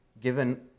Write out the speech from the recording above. given